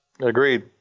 Agreed